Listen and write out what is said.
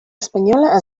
espanyola